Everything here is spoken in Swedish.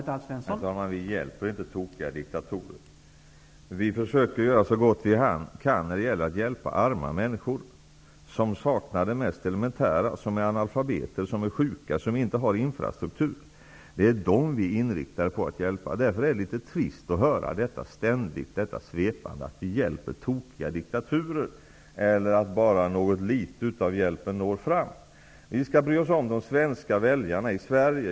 Herr talman! Sverige hjälper inte tokiga diktatorer. Vi försöker emellertid göra så gott vi kan när det gäller att hjälpa arma människor, som saknar det mest elementära, som är analfabeter, som är sjuka och som inte har någon infrastruktur. Det är dessa människor som vi inriktar oss på att hjälpa. Det är därför litet trist att ständigt höra dessa svepande formuleringar som att vi hjälper tokiga diktaturer och att bara något litet av hjälpen når fram. Vi skall bry oss om de svenska väljarna i Sverige.